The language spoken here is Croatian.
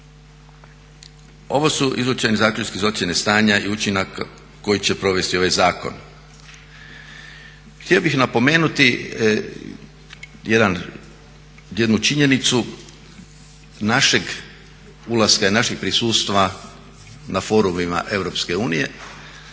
Ovo su izvučeni zaključci iz ocjene stanja i učinaka koje će provesti ovaj zakon. Htio bi napomenuti jednu činjenicu našeg ulaska i našeg prisustva na forumima EU